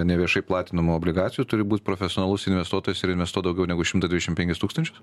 neviešai platinamų obligacijų turi būt profesionalus investuotojas ir investuot daugiau negu šimtą dvidešimt penkis tūkstančius